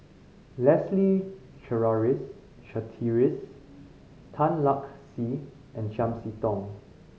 Leslie Charteris Tan Lark Sye and Chiam See Tong